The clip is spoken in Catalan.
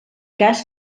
cas